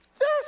Yes